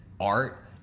art